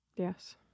Yes